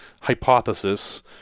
hypothesis